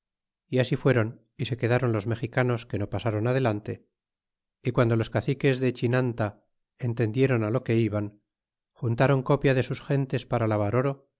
y asá fueron y se quedaron los mexicanos que no pasaron adelante y guando los caciques de chinanta entendieron lo que iban juntaron copia de sus gentes para lavar oro